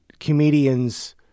comedians